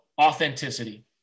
authenticity